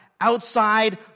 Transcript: outside